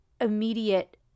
immediate